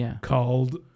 called